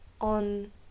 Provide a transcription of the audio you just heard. on